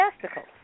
testicles